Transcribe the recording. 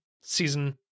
season